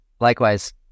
Likewise